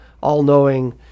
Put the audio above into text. all-knowing